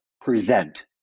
present